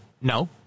no